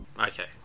Okay